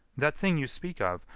that thing you speak of,